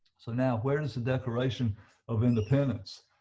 so now where is the declaration of independence